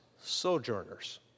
sojourners